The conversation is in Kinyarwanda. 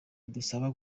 idusaba